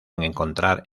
encontrar